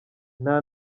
nta